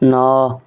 ନଅ